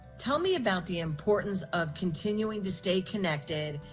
tell me about the importance of continuing to stay connected.